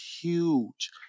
huge